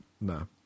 no